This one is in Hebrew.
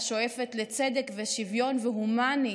השואפת לצדק ושוויון והומנית.